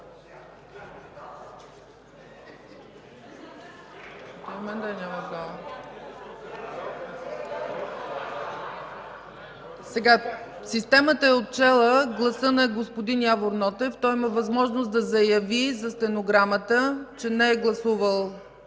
Системата е отчела гласа на господин Явор Нотев. Той има възможност да заяви за стенограмата, че не е гласувал